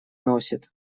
носит